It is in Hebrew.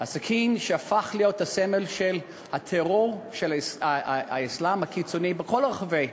הסכין שהפך להיות הסמל של הטרור של האסלאם הקיצוני בכל רחבי